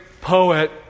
poet